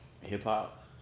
hip-hop